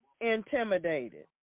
intimidated